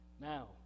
Now